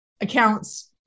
accounts